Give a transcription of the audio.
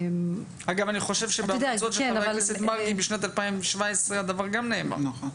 אגב אני חושב שב --- בשנת 2017 הדבר גם נאמר.